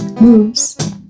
moves